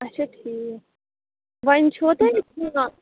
اچھا ٹھیٖک وۄنۍ چھُوا تیٚلہِ